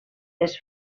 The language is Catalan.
les